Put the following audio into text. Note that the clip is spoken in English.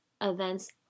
event's